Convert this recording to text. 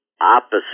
opposite